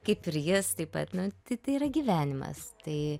kaip ir jas taip pat nu tai tai yra gyvenimas tai